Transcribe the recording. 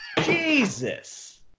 Jesus